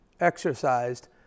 exercised